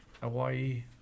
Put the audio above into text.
Hawaii